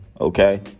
Okay